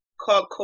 Called